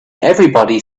everybody